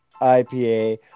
ipa